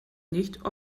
nicht